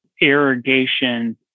irrigation